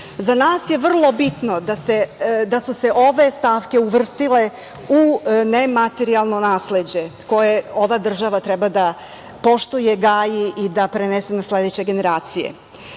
nas je vrlo bitno da su se ove stavke uvrstile u nematerijalno nasleđe koje ova država treba da poštuje, gaji i da prenese na sledeće generacije.